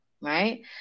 right